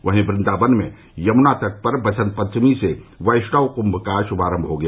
वहीं वन्दावन में यमुना तट पर बसंत पंचमी से वैष्णव कृम्भ का शुभारम्म हो गया